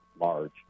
large